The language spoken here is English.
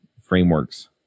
frameworks